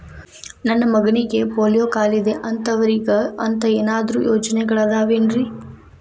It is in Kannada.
ನನ್ನ ಮಗನಿಗ ಪೋಲಿಯೋ ಕಾಲಿದೆ ಅಂತವರಿಗ ಅಂತ ಏನಾದರೂ ಯೋಜನೆಗಳಿದಾವೇನ್ರಿ?